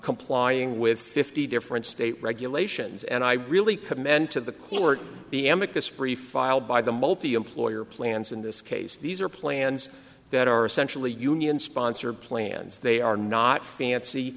complying with fifty different state regulations and i really commend to the court the amica spree filed by the multiemployer plans in this case these are plans that are essentially union sponsored plans they are not fancy